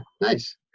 nice